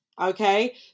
Okay